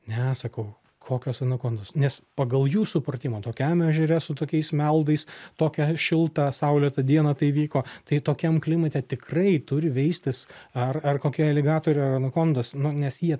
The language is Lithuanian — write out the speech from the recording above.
ne sakau kokios anakondos nes pagal jų supratimą tokiam ežere su tokiais meldais tokią šiltą saulėtą dieną tai vyko tai tokiam klimate tikrai turi veistis ar ar kokie aligatoriai ar anakondos nu nes jie